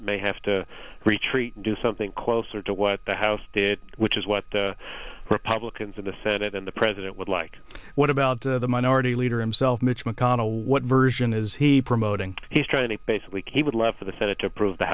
senate may have to retreat and do something closer to what the house did which is what the republicans in the senate and the president would like what about the minority leader him self mitch mcconnell what version is he promoting he's trying to basically keep would love for the senate to approve the